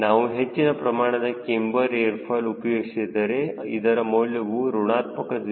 ನಾವು ಹೆಚ್ಚಿನ ಪ್ರಮಾಣದ ಕ್ಯಾಮ್ಬರ್ ಏರ್ ಫಾಯ್ಲ್ ಉಪಯೋಗಿಸಿದರೆ ಇದರ ಮೌಲ್ಯವು ಋಣಾತ್ಮಕ 0